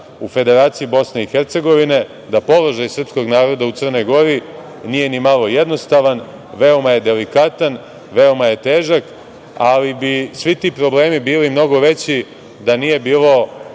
u Federaciji Bosne i Hercegovine, da položaj srpskog naroda u Crnoj Gori nije nimalo jednostavan, veoma je delikatan, veoma je težak, ali bi svi ti problemi bili mnogo veći da nije bilo